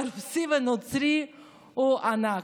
רוסי ונוצרי הוא ענק.